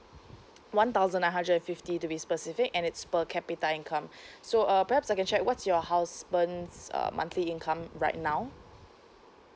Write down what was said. one thousand nine hundred and fifty to be specific and it's per capita income so uh perhaps I can check what's your husband's uh monthly income right now